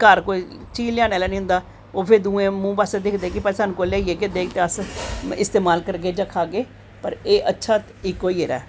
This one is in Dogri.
घर कोई चीज़ निं लैआने आह्ला होंदा ते ओह् फिर दूऐं दे मूंह् पासै दिक्खदे की कोई लै आह्ग ते अस इस्तेमाल करगे जां खाह्गे फर एह् अच्छा इक्क होई गेदा ऐ जेह्ड़ा